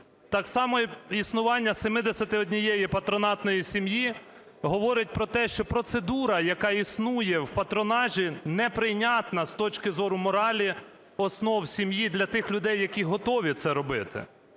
Так само і існування 71 патронатної сім'ї говорить про те, що процедура, яка існує в патронажі, неприйнятна з точки зору моралі, основ сім'ї для тих людей, які готові це робити.